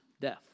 death